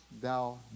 thou